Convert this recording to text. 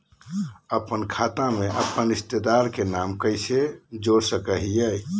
अपन खाता में अपन रिश्तेदार के नाम कैसे जोड़ा सकिए हई?